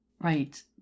Right